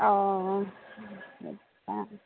অঁ